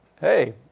Hey